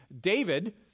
David